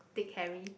Dick Harry